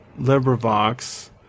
Librivox